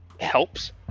helps